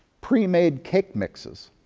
pre-made cake mixes.